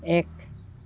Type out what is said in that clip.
এক